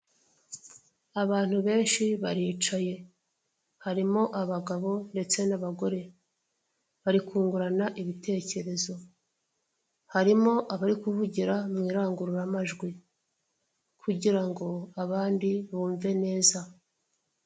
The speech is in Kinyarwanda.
Abantu benshi baricaye harimo abagabo ndetse n'abagore bari kungurana ibitekerezo, harimo abari kuvugira mwirangururamajwi kugirango abandi bumve neza.